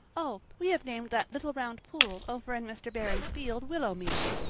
oh, we have named that little round pool over in mr. barry's field willowmere.